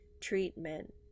treatment